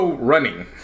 running